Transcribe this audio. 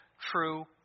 true